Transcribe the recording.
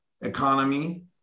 economy